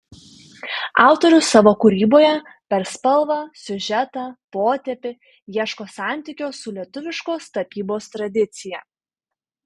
autorius savo kūryboje per spalvą siužetą potėpį ieško santykio su lietuviškos tapybos tradicija